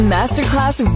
Masterclass